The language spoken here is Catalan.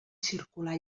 circular